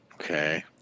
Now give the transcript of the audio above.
Okay